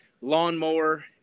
lawnmower